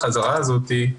החזרה הזאת,